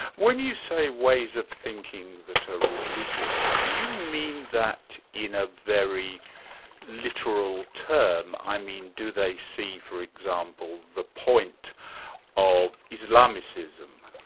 when you say ways of thinking that are religious, do you mean that in a very literal term? i mean, do they see, for example, the point of islamicism?